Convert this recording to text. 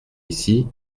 ici